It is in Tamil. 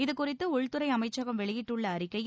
இதுகுறித்து உள்துறை அமைச்சகம் வெளியிட்டுள்ள அறிக்கையில்